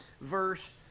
verse